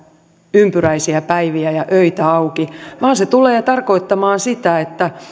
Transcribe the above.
ympyräisiä päiviä ja öitä auki vaan se tulee tarkoittamaan sitä että